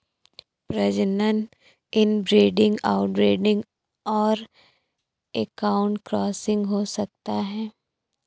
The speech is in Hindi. प्रजनन इनब्रीडिंग, आउटब्रीडिंग और आउटक्रॉसिंग हो सकता है